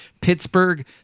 Pittsburgh